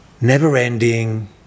never-ending